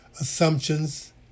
assumptions